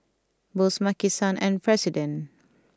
Bose Maki San and President